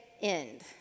end